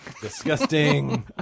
Disgusting